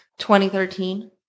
2013